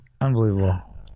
Unbelievable